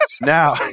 Now